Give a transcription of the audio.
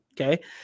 okay